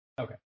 Okay